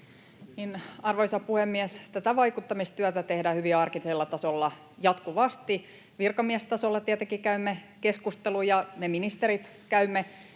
Arvoisa puhemies! Tätä vaikuttamistyötä tehdään hyvin arkisella tasolla jatkuvasti. Virkamiestasolla tietenkin käymme keskusteluja, me ministerit käymme